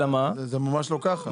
זה ממש לא ככה.